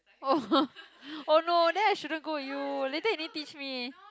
oh oh no then I shouldn't go with you later you need teach me